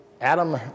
Adam